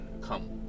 Come